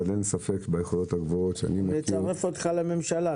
אין לי ספק ביכולות הגבוהות שלך --- נצרף אותך לממשלה,